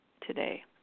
today